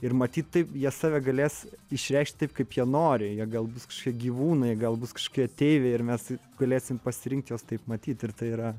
ir matyt taip jie save galės išreikšti taip kaip jie nori jie gal bus kažkokie gyvūnai gal bus kažkokie ateiviai ir mes galėsim pasirinkt juos taip matyt ir tai yra